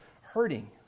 hurting